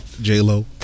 J-Lo